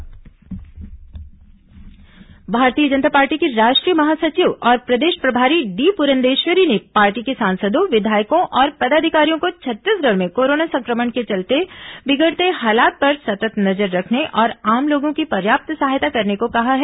D Purandeswari Covid समीक्षा Bharatiya Janata Party की राष्ट्रीय महासचिव और प्रदेश प्रभारी डी पुरंदेश्वरी ने पार्टी के सांसदों विधायकों और पदाधिकारियों को छत्तीसगढ़ में कोरोना संक्रमण के चलते बिगड़ते हालात पर सतत् नजर रखने और आम लोगों की पर्याप्त सहायता करने को कहा है